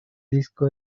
disco